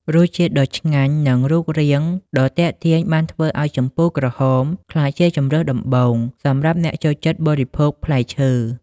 រសជាតិដ៏ផ្អែមឆ្ងាញ់ និងរូបរាងដ៏ទាក់ទាញបានធ្វើឱ្យជម្ពូក្រហមក្លាយជាជម្រើសដំបូងសម្រាប់អ្នកចូលចិត្តបរិភោគផ្លែឈើ។